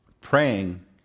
praying